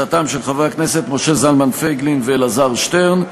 של חברי הכנסת משה זלמן פייגלין ואלעזר שטרן.